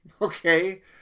okay